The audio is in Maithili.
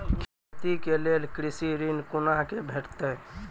खेती के लेल कृषि ऋण कुना के भेंटते?